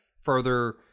further